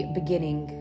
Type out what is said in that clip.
beginning